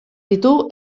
ditu